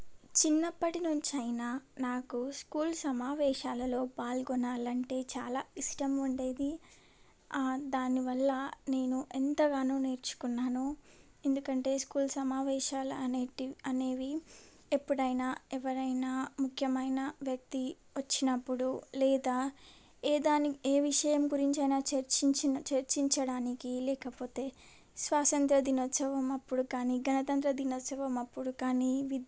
చిన్నప్పటి నుంచి అయినా నాకు స్కూల్ సమావేశాలలో పాల్గొనాలంటే చాలా ఇష్టం ఉండేది దానివల్ల నేను ఎంతగానో నేర్చుకున్నాను ఎందుకంటే స్కూల్ సమావేశాలు అనేటివి అనేవి ఎప్పుడైనా ఎవరైనా ముఖ్యమైన వ్యక్తి వచ్చినప్పుడు లేదా ఏ దాన్ని ఏ విషయం గురించయినా చర్చించిన చర్చించడానికి లేకపోతే స్వాసంత్ర దినోత్సవమప్పుడు కానీ గణతంత్ర దినోత్సవమప్పుడు కానీ